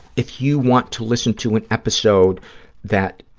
if you want to listen to an episode that,